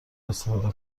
استفاده